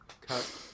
cut